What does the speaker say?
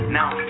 now